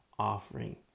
offering